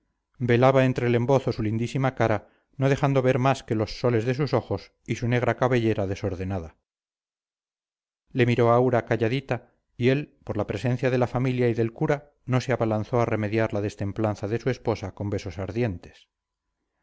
velaba entre el embozo su lindísima cara no dejando ver más que los soles de sus ojos y su negra cabellera desordenada le miró aura calladita y él por la presencia de la familia y del cura no se abalanzó a remediar la destemplanza de su esposa con besos ardientes